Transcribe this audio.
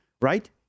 Right